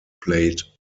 played